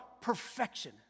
perfection